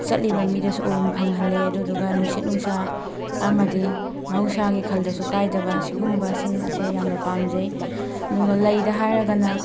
ꯆꯠꯂꯤꯕ ꯃꯤꯗꯁꯨ ꯎꯔꯨꯝ ꯐꯪꯍꯜꯂꯤ ꯑꯗꯨꯗꯨꯒ ꯅꯨꯡꯁꯤꯠ ꯅꯨꯡꯁꯥ ꯑꯃꯗꯤ ꯃꯍꯧꯁꯥꯒꯤ ꯈꯜꯗꯁꯨ ꯀꯥꯏꯗꯕ ꯁꯤꯒꯨꯝꯕꯁꯤꯡ ꯑꯁꯦ ꯌꯥꯝꯅ ꯄꯥꯝꯖꯩ ꯑꯗꯨꯒ ꯂꯩꯗ ꯍꯥꯏꯔꯒꯅ